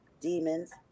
demons